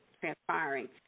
transpiring